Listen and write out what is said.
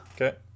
Okay